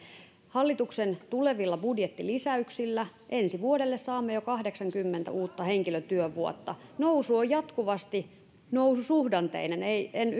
hallituksen tulevilla budjettilisäyksillä ensi vuodelle saamme jo kahdeksankymmentä uutta henkilötyövuotta suunta on jatkuvasti noususuhdanteinen en